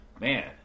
man